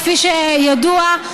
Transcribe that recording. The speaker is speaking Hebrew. כפי שידוע,